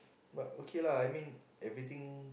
but okay lah I mean everything